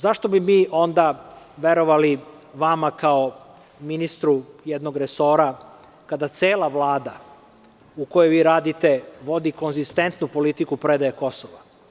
Zašto bi mi onda verovali vama kao ministru jednog resora kada cela Vlada u kojoj vi radite vodi konzistentnu politiku predaje Kosova?